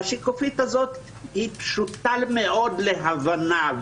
והשקופית הזאת פשוטה מאוד להבנה,